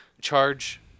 charge